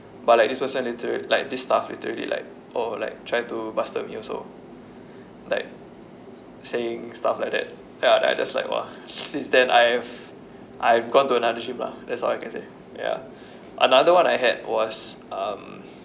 but like this person literal~ like this staff literally like oh like try to buster me also like saying stuff like that and I just like !wah! since then I've I've gone to another gym lah that's all I can say ya another one I had was um